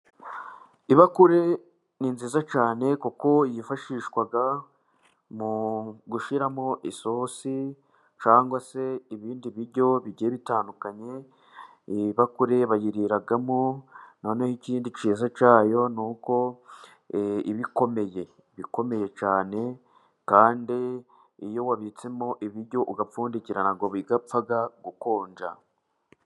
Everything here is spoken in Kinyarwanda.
Ibakure ni nziza cyane kuko yifashishwa mu gushiramo isosi, cyangwa se ibindi biryo bigiye bitandukanye, ibakure bayiriramo, noneho ikindi k'iza cyayo ni uko iba ikomeye. Iba ikomeye cyane kandi iyo wabitsemo ibiryo ugapfundikirana ntabwo bipfa gukonja